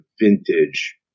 vintage